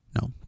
no